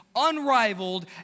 Unrivaled